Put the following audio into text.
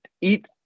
eat